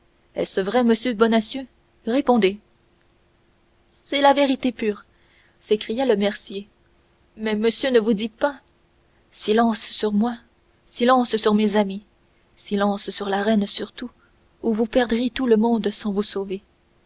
est-ce vrai monsieur bonacieux répondez c'est la vérité pure s'écria le mercier mais monsieur ne vous dit pas silence sur moi silence sur mes amis silence sur la reine surtout ou vous perdriez tout le monde sans vous sauver